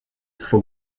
for